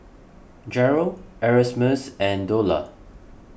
Jeryl Erasmus and Dola